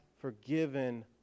forgiven